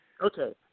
okay